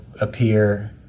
appear